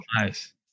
Nice